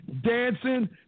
dancing